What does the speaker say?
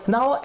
Now